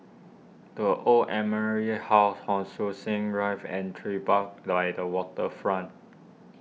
the Old Admiralty House Hon Sui Sen Drive and Tribeca lie the Waterfront